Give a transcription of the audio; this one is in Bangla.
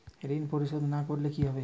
ঋণ পরিশোধ না করলে কি হবে?